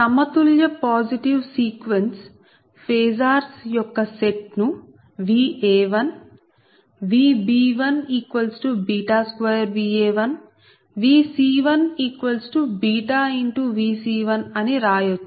సమతుల్య positive sequence phasors యొక్క set ను Va1 Vb12Va1 Vc1βVc1 అని రాయచ్చు